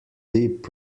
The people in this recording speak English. dip